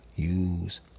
Use